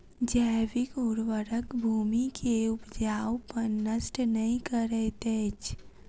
जैविक उर्वरक भूमि के उपजाऊपन नष्ट नै करैत अछि